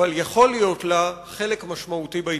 אבל יכול להיות לה חלק משמעותי בהתמודדות.